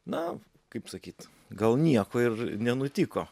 na kaip sakyt gal nieko ir nenutiko